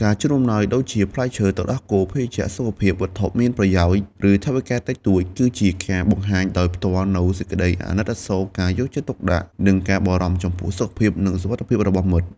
ការជូនអំណោយដូចជា ផ្លែឈើ ទឹកដោះគោ ភេសជ្ជៈសុខភាព វត្ថុមានប្រយោជន៍ ឬថវិកាតិចតួច គឺជាការបង្ហាញដោយផ្ទាល់នូវក្តីអាណិតអាសូរ ការយកចិត្តទុកដាក់ និងការបារម្ភចំពោះសុខភាព និងសុវត្ថិភាពរបស់មិត្ត។